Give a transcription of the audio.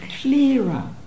clearer